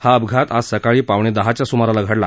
हा अपघात आज सकाळी पावणेदहाच्या सुमारास घडली